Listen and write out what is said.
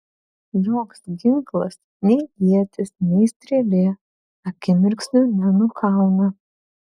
joks ginklas nei ietis nei strėlė akimirksniu nenukauna